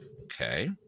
Okay